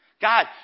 God